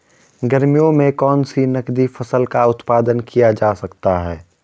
गर्मियों में कौन सी नगदी फसल का उत्पादन किया जा सकता है?